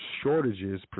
shortages